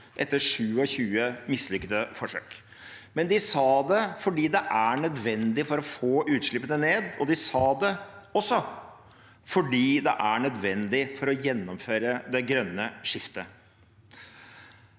etter 27 mislykkede forsøk. De sa det fordi det er nødvendig for å få utslippene ned, og de sa det også fordi det er nødvendig for å gjennomføre det grønne skiftet.